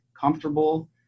comfortable